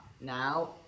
now